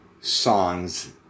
songs